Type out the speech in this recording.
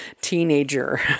teenager